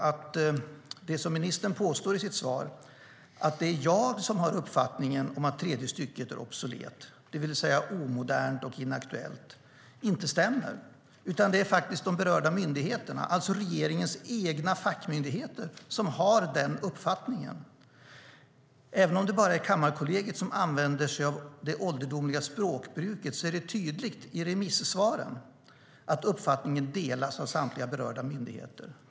Det som ministern påstår i sitt svar, nämligen att det är jag som har uppfattningen att tredje stycket är obsolet, det vill säga omodernt och inaktuellt, stämmer inte. Det är faktiskt de berörda myndigheterna, alltså regeringens egna fackmyndigheter, som har den uppfattningen. Även om det bara är Kammarkollegiet som använder sig av det ålderdomliga språkbruket är det tydligt i remissvaren att uppfattningen delas av samtliga berörda myndigheter.